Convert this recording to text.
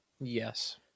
yes